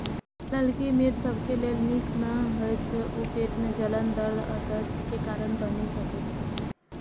ललकी मिर्च सबके लेल नीक नै होइ छै, ऊ पेट मे जलन, दर्द आ दस्त के कारण बनि सकै छै